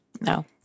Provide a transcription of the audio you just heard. No